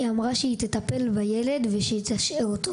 א': היא אמרה שתטפל בילד ושהיא תשעה אותו,